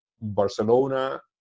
Barcelona